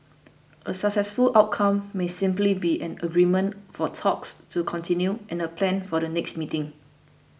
a successful outcome may simply be an agreement for talks to continue and a plan for the next meeting